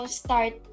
start